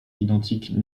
identiques